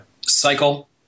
cycle